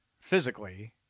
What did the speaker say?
physically